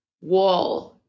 wall